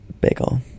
bagel